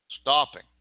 stopping